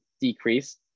decrease